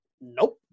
Nope